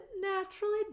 naturally